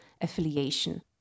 affiliation